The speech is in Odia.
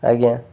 ଆଜ୍ଞା